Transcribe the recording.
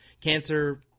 Cancer